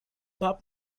pup